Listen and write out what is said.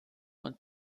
und